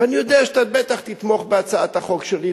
ואני יודע שאתה בטח תתמוך בהצעת החוק שלי,